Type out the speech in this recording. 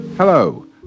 Hello